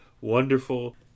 wonderful